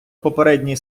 попередній